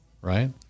Right